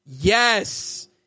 Yes